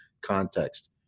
context